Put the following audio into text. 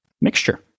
Mixture